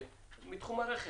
מתחום הרכב: